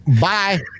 bye